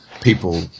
people